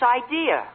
idea